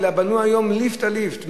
אלא בנו היום ליפט על ליפט,